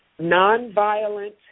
nonviolent